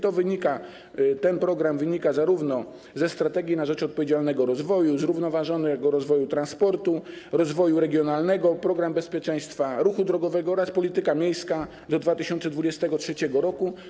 Ten program wynika zarówno ze „Strategii na rzecz odpowiedzialnego rozwoju”, zrównoważonego rozwoju transportu, z rozwoju regionalnego, programu bezpieczeństwa ruchu drogowego oraz polityki miejskiej do 2023 r.